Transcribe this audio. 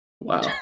Wow